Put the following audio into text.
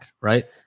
right